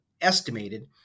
estimated